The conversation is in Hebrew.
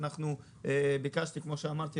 איכות,